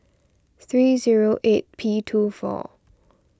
three zero eight P two four